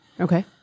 Okay